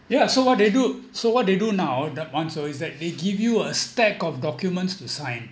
ya so what they do so what they do now the one's always that they give you a stack of documents to sign